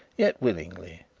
yet willingly.